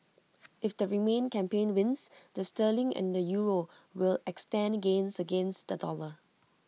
if the remain campaign wins the sterling and the euro will extend gains against the dollar